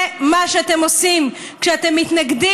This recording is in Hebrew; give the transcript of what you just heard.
זה מה שאתם עושים כשאתם מתנגדים.